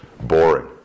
boring